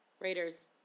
Raiders